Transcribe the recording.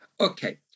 Okay